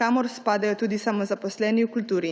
kamor spadajo tudi samozaposleni v kulturi.